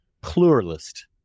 pluralist